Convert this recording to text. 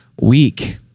week